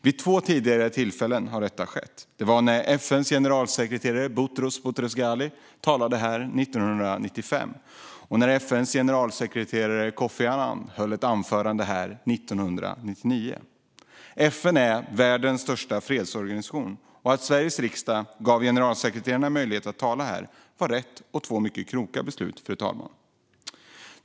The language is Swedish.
Vid två tidigare tillfällen har detta skett: när FN:s generalsekreterare Boutros Boutros-Ghali talade här år 1995 och när FN:s generalsekreterare Kofi Annan höll ett anförande här år 1999. FN är världens största fredsorganisation, och att Sveriges riksdag gav generalsekreterarna möjlighet att tala här var rätt och två mycket kloka beslut, fru talman.